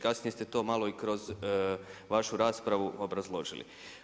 Kasnije ste to malo i kroz vašu raspravu obrazložili.